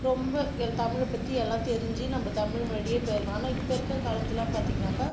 ரொம்ப ஏ தமிழை பற்றி எல்லாம் தெரிஞ்சு நம்ம தமிழ் மொழியே போயிருக்கலாம் ஆனால் இப்போ இருக்கிற காலத்துலாம் பார்த்திங்கனாக்கா